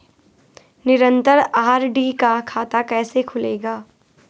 निरन्तर आर.डी का खाता कैसे खुलेगा?